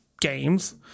games